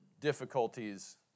difficulties